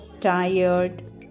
tired